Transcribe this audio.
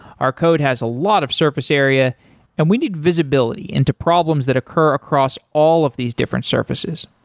our code has a lot of surface area and we need visibility into problems that occur across all of these different surfaces.